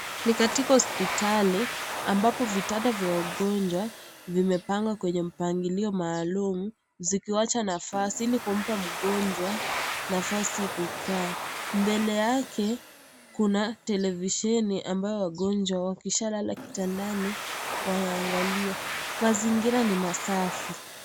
Ni katika hospitali ambapo vitanda vya wagonjwa vimepangwa kwenye mpangilio maalum zikiwacha nafasi hili kumpa mgonjwa nafasi kukaa mbele yake kuna televisieni ambayo wagonjwa wakishalala kitandani wanaangalia. Mazingira ni masafi.